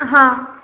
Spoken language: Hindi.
हाँ